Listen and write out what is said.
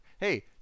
Hey